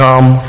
Come